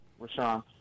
Rashawn